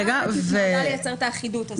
ההנחיה הזאת התמקדה בלייצר את האחידות.